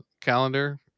calendar